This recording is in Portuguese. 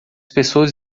pessoas